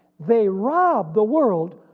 they rob the world